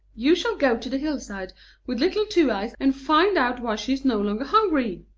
you shall go to the hillside with little two-eyes and find out why she is no longer hungry.